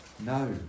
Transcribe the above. No